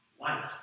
Light